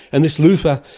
and this luffa,